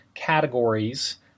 categories